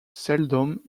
seldom